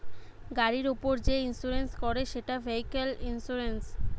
গাড়ির উপর যে ইন্সুরেন্স করে সেটা ভেহিক্যাল ইন্সুরেন্স